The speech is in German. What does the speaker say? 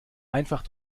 einfach